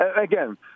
again